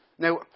Now